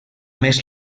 més